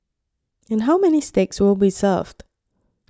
and how many steaks will be served